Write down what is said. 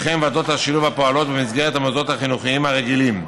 וועדות השילוב הפועלות במסגרת המוסדות החינוכיים הרגילים.